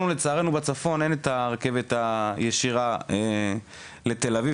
לנו לצערנו בצפון אין את הרכבת הישירה לתל אביב,